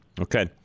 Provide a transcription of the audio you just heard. Okay